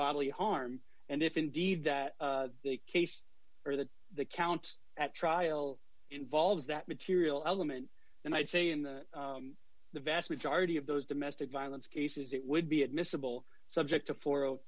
bodily harm and if indeed that the case or that the count at trial involves that material element then i'd say in the the vast majority of those domestic violence cases it would be admissible subject to four o